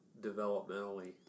developmentally